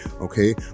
Okay